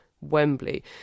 Wembley